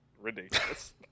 ridiculous